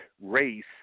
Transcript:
race